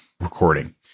recording